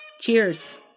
Cheers